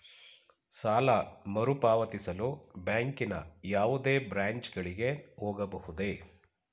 ಸಾಲ ಮರುಪಾವತಿಸಲು ಬ್ಯಾಂಕಿನ ಯಾವುದೇ ಬ್ರಾಂಚ್ ಗಳಿಗೆ ಹೋಗಬಹುದೇ?